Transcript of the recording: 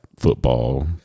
Football